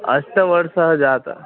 अस्य वर्षस्य जातः